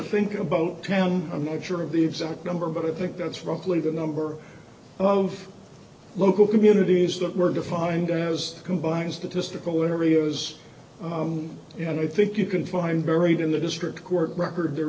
think about town a measure of the exact number but i think that's roughly the number of local communities that were defined as combined statistical areas and i think you can find buried in the district court record there